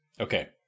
Okay